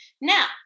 Now